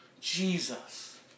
Jesus